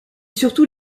surtout